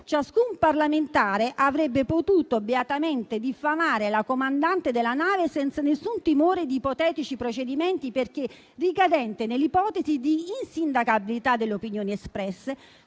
ciascun parlamentare avrebbe potuto beatamente diffamare la comandante della nave senza nessun timore di ipotetici procedimenti, perché ricadente nell'ipotesi di insindacabilità delle opinioni espresse